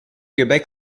quebec